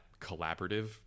collaborative